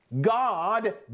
God